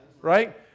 Right